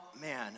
man